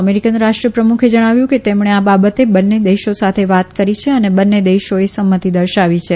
American રાષ્ટ્રપ્રમુખે જણાવ્યું કે તેમણે આ બાબતે બંને દેશો સાથે વાત કરી છે અને બંને દેશોએ સંમતી દર્શાવી છે